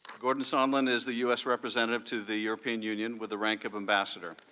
gordon sondland is the u s. representative to the european union with the rank of ambassador.